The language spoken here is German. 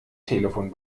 telefon